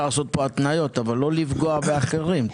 לעשות התניות אבל לא לפגוע באחרים.